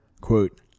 quote